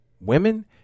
women